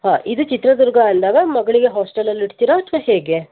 ಹಾಂ ಇದು ಚಿತ್ರದುರ್ಗ ಅಂದಾಗ ಮಗಳಿಗೆ ಹಾಸ್ಟೆಲಲ್ಲಿ ಇಡ್ತೀರ ಅಥವಾ ಹೇಗೆ